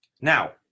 Now